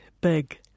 big